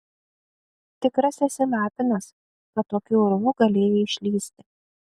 tikras esi lapinas kad tokiu urvu galėjai išlįsti